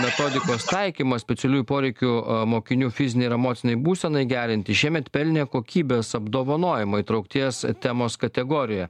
metodikos taikymas specialiųjų poreikių mokinių fizinei ir emocinei būsenai gerinti šiemet pelnė kokybės apdovanojimą įtraukties temos kategorijoje